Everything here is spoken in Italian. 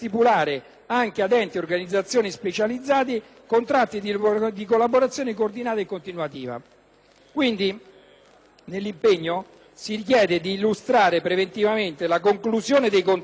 anche con enti e organizzazioni specializzate contratti di collaborazione coordinata e continuativa. Quindi, si richiede di illustrare preventivamente la conclusione dei contratti